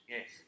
Yes